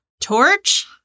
Torch